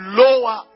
lower